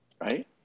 Right